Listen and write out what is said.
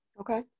Okay